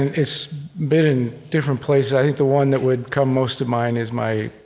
it's been in different places. i think the one that would come most to mind is my